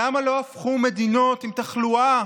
למה לא הפכו מדינות עם תחלואה